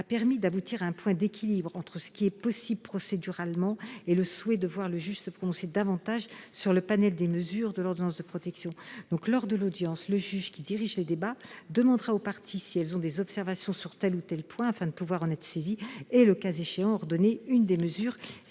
a permis d'aboutir à un point d'équilibre entre ce que la procédure permet et le souhait de voir le juge se prononcer davantage sur le panel des mesures de l'ordonnance de protection. Lors de l'audience, le juge qui dirige les débats demandera aux parties si elles ont des observations sur tel ou tel point afin de pouvoir en être saisi et, le cas échéant, ordonner une des mesures,